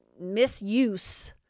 misuse